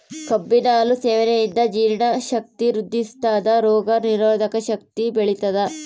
ಕಬ್ಬಿನ ಹಾಲು ಸೇವನೆಯಿಂದ ಜೀರ್ಣ ಶಕ್ತಿ ವೃದ್ಧಿಸ್ಥಾದ ರೋಗ ನಿರೋಧಕ ಶಕ್ತಿ ಬೆಳಿತದ